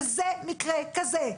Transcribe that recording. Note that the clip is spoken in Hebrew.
וזה מקרה כזה.